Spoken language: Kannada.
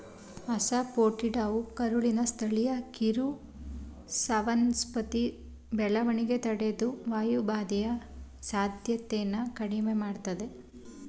ಅಸಾಫೋಟಿಡಾವು ಕರುಳಿನ ಸ್ಥಳೀಯ ಕಿರುವನಸ್ಪತಿ ಬೆಳವಣಿಗೆ ತಡೆಹಿಡಿದು ವಾಯುಬಾಧೆಯ ಸಾಧ್ಯತೆನ ಕಡಿಮೆ ಮಾಡ್ತದೆ